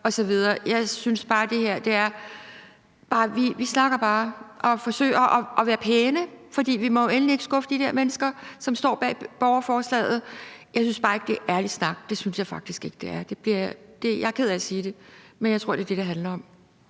over til justitsministeren osv. Vi snakker bare og forsøger at være pæne, fordi vi endelig ikke må skuffe de der mennesker, som står bag borgerforslaget. Jeg synes bare ikke, det er ærlig snak. Det synes jeg faktisk ikke det er. Jeg er ked af at sige det, men jeg tror, det er det, det handler om.